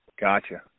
Gotcha